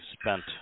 spent